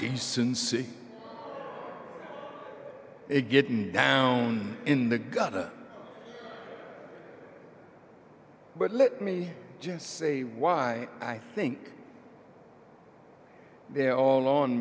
decency to get down in the gutter but let me just say why i think they're all on